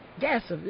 Yes